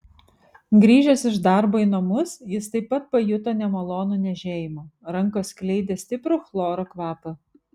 grįžęs iš darbo į namus jis taip pat pajuto nemalonų niežėjimą rankos skleidė stiprų chloro kvapą